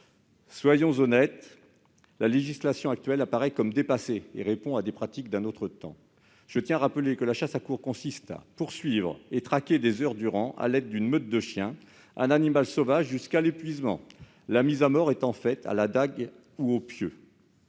Soyons honnêtes : la législation actuelle apparaît comme dépassée et correspond à des pratiques d'un autre temps. Je rappelle que la chasse à courre consiste à poursuivre et à traquer des heures durant, à l'aide d'une meute de chiens, un animal sauvage jusqu'à l'épuisement, la mise à mort étant faite au moyen d'une dague ou d'un pieu.